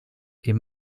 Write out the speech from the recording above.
est